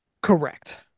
Correct